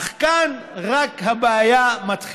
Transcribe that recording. אך כאן הבעיה רק מתחילה.